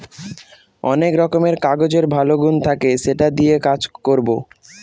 অনেক রকমের কাগজের ভালো গুন থাকে সেটা দিয়ে কাজ করবো